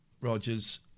Rogers